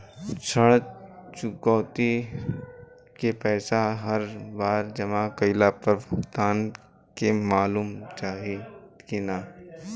ऋण चुकौती के पैसा हर बार जमा कईला पर भुगतान के मालूम चाही की ना?